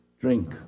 drink